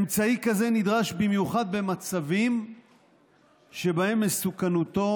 אמצעי כזה נדרש במיוחד במצבים שבהם מסוכנותו